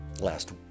last